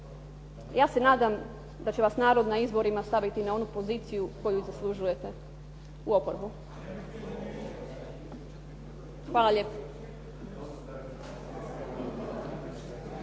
ja se nadam da će vas narod na izborima staviti na onu poziciju koju zaslužujete. U oporbu. Hvala lijepo.